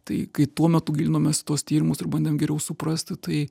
tai kai tuo metu gilinomės į tuos tyrimus ir bandėm geriau suprasti tai